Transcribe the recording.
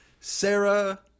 Sarah